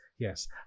Yes